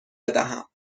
بدهم